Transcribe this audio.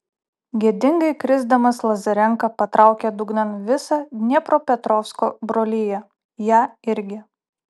gėdingai krisdamas lazarenka patraukė dugnan visą dniepropetrovsko broliją ją irgi